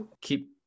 keep